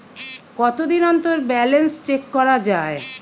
কতদিন অন্তর balance check করা য়ায়?